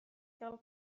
gael